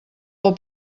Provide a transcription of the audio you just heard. del